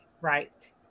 Right